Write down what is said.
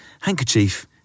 handkerchief